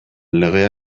legea